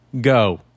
Go